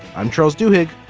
i'm charles duhigg.